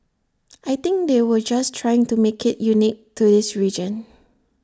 I think they were just trying to make IT unique to his region